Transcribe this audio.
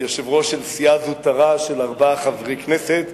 יושב-ראש של סיעה זוטרה של ארבעה חברי כנסת,